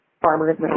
farmers